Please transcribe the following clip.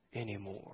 anymore